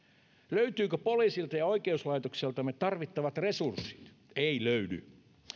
löytyykö poliisilta ja oikeuslaitokseltamme tarvittavat resurssit ei löydy